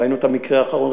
ראינו את המקרה האחרון,